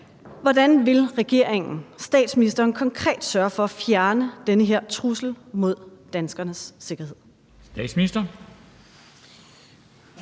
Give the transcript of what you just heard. Hvordan vil regeringen og statsministeren konkret sørge for at fjerne den her trussel mod danskernes sikkerhed? Kl.